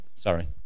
Sorry